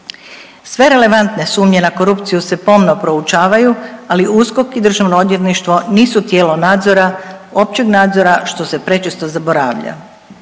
Sve relevantne sumnje na korupciju se pomno proučavaju, ali USKOK i DORH nisu tijelo nadzora, općeg nadzora, što se prečesto zaboravlja.